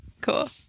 Cool